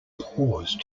pause